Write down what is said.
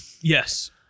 Yes